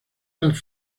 las